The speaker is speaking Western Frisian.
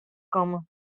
komme